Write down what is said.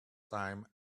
time